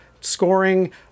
scoring